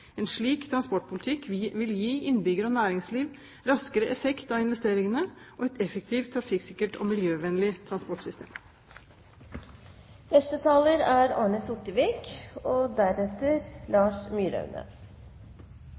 En slik transportpolitikk vil gi innbyggere og næringsliv raskere effekt av investeringene, og et effektivt, trafikksikkert og miljøvennlig transportsystem. Det er riktig som finansministeren sa, at vi hadde en debatt i Stortinget i går, og